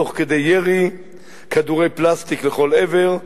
תוך כדי ירי כדורי פלסטיק לכל עבר,